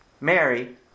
Mary